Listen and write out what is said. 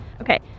okay